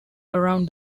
around